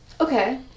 Okay